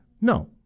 No